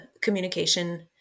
communication